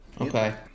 Okay